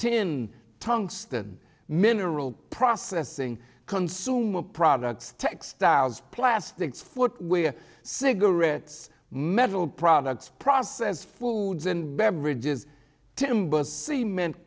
tin tungsten mineral processing consumer products textiles plastics footwear cigarettes metal products processed foods and beverages timber cement